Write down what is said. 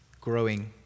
growing